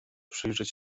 przyjrzeć